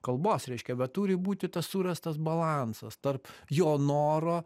kalbos reiškia bet turi būti tas surastas balansas tarp jo noro